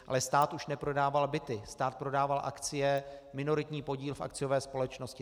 Ale stát už neprodával byty, stát prodával akcie, minoritní podíl v akciové společnosti.